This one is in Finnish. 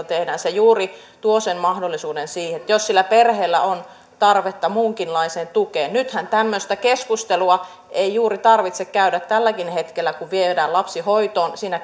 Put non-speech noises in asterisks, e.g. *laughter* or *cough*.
*unintelligible* tehdään juuri tuo sen mahdollisuuden jos sillä perheellä on tarvetta muunkinlaiseen tukeen nythän tämmöistä keskustelua ei juuri tarvitse käydä tälläkin hetkellä kun viedään lapsi hoitoon siinä käydään